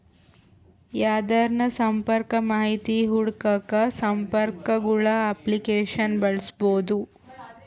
ಯಾರ್ದನ ಸಂಪರ್ಕ ಮಾಹಿತಿ ಹುಡುಕಾಕ ಸಂಪರ್ಕಗುಳ ಅಪ್ಲಿಕೇಶನ್ನ ಬಳಸ್ಬೋದು